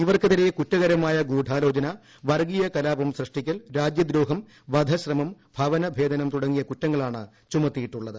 ഇവർക്കെതിരെ കുറ്റകരമായ ഗുഢാലോചന വർഗ്ഗീയ കലാപം സൃഷ്ടിക്കൽ രാജ്യദ്രോഹം വധശ്രമം ഭവനഭേദനം തുടങ്ങിയ കുറ്റങ്ങളാണ് ചുമത്തിയിട്ടുളളത്